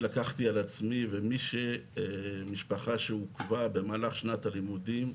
אני לקחתי על עצמי ומי שמשפחה שעוכבה במהלך שנת הלימודים,